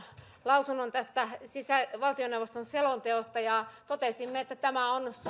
lausunnon tästä valtioneuvoston selonteosta ja totesimme että tämä on